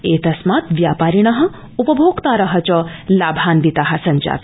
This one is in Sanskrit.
एतस्मात् व्यापारिण उपभोक्तार च लाभान्विता जाता